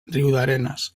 riudarenes